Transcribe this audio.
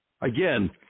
Again